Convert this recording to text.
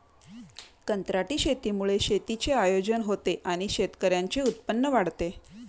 कंत्राटी शेतीमुळे शेतीचे आयोजन होते आणि शेतकऱ्यांचे उत्पन्न वाढते